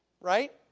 right